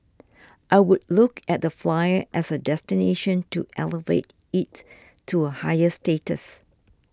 I would look at the Flyer as a destination to elevate it to a higher status